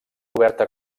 oberta